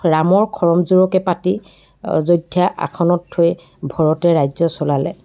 ৰামৰ খৰমযোৰকে পাতি অযোধ্যা আসনত থৈ ভৰতে ৰাজ্য চলালে